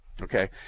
Okay